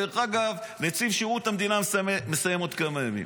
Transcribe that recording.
דרך אגב, נציב שירות המדינה מסיים עוד כמה ימים.